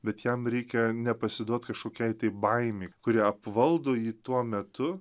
bet jam reikia nepasiduot kašokiai tai baimei kuri apvaldo jį tuo metu